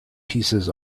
pieces